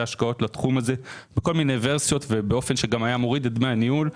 ההשקעות לתחום הזה בכל מיני ורסיות באופן שגם היה מוריד את דמי הניהול.